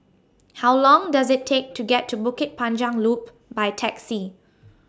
How Long Does IT Take to get to Bukit Panjang Loop By Taxi